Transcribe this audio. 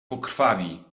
pokrwawi